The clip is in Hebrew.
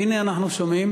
והנה אנחנו שומעים